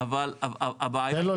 הבעיה שלנו